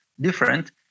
different